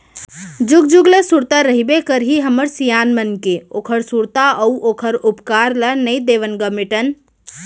जुग जुग ले सुरता रहिबे करही हमर सियान मन के ओखर सुरता अउ ओखर उपकार ल नइ देवन ग मिटन